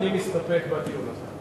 אני מסתפק בדיון הזה.